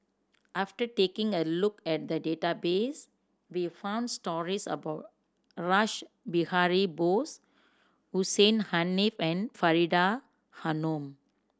after taking a look at the database we found stories about Rash Behari Bose Hussein Haniff and Faridah Hanum